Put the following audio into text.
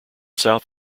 south